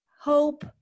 hope